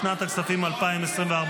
לשנת הכספים 2024,